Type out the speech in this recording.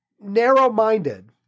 narrow-minded